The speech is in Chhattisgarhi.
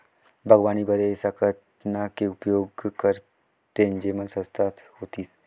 बागवानी बर ऐसा कतना के उपयोग करतेन जेमन सस्ता होतीस?